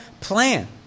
plan